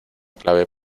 clave